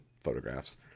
Photographs